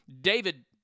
David